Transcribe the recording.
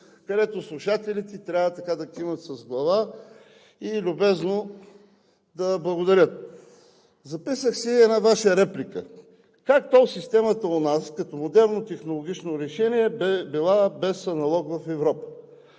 където слушателите трябва да кимат с глава и любезно да благодарят. Записах си една Ваша реплика – как тол системата у нас като отделно технологично решение била без аналог в Европа.